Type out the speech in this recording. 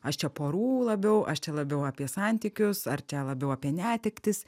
aš čia porų labiau aš čia labiau apie santykius ar čia labiau apie netektis